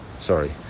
Sorry